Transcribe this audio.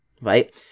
right